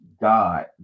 god